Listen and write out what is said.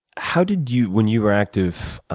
how did you, when you were active,